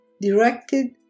directed